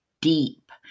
deep